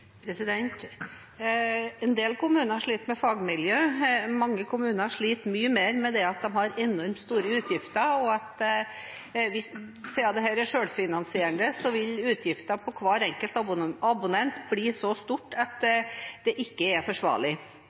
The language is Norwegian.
En del kommuner sliter med fagmiljø. Mange kommuner sliter mye mer med at de har enormt store utgifter, og at hvis dette er selvfinansierende, vil utgiftene for hver enkelt abonnent bli så store at det ikke er forsvarlig.